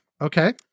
Okay